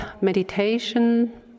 meditation